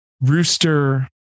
Rooster